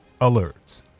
alerts